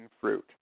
fruit